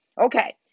Okay